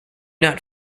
not